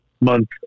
month